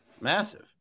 massive